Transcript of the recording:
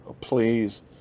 Please